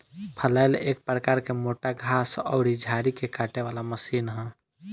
फलैल एक प्रकार के मोटा घास अउरी झाड़ी के काटे वाला मशीन ह